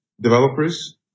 developers